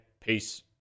Peace